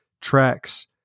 tracks